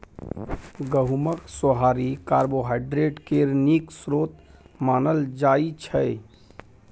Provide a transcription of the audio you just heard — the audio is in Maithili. गहुँमक सोहारी कार्बोहाइड्रेट केर नीक स्रोत मानल जाइ छै